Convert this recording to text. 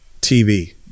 TV